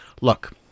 look